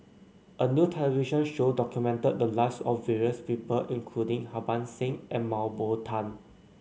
a new television show documented the lives of various people including Harbans Singh and Mah Bow Tan